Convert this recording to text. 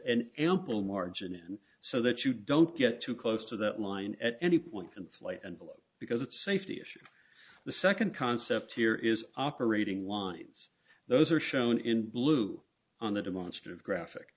an ample margin in so that you don't get too close to the line at any point in flight envelope because it's a safety issue the second concept here is operating lines those are shown in blue on the demonstrative graphic